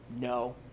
no